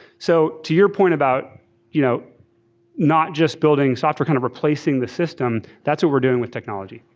so to your point about you know not just building software kind of replacing the system, that's what we're doing with technology.